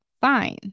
fine